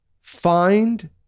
find